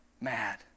mad